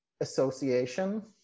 association